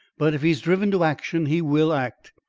but if he's driven to action, he will act.